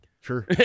Sure